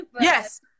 yes